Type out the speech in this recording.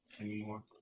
anymore